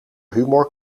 humor